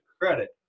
credit